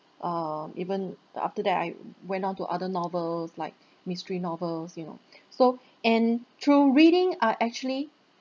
uh even the after that I went out to other novels like mystery novels you know so and through reading I actually